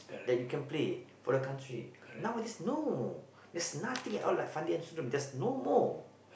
that you can play for the country nowadays no there's nothing at all like Fandi there's no more